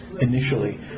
initially